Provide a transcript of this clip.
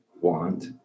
want